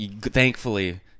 thankfully –